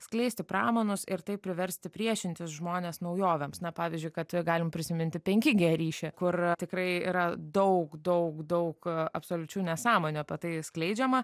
skleisti pramanus ir taip priversti priešintis žmones naujovėms na pavyzdžiui kad ir galim prisiminti penki gie ryšį kur tikrai yra daug daug daug absoliučių nesąmonių apie tai skleidžiama